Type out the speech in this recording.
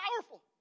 powerful